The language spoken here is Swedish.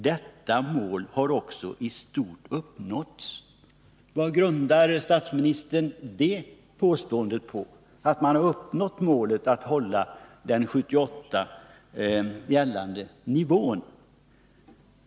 Detta mål har också i stort uppnåtts.” Vad grundar statsministern det påståendet på, att man har uppnått målet att hålla den 1978 gällande nivån?